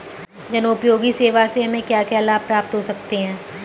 जनोपयोगी सेवा से हमें क्या क्या लाभ प्राप्त हो सकते हैं?